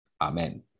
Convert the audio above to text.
amen